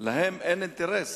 להם אין אינטרס,